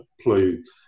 please